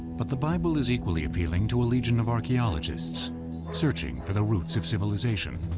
but the bible is equally appealing to a legion of archaeologists searching for the roots of civilization.